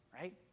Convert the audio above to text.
right